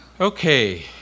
Okay